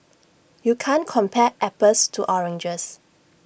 you can't compare apples to oranges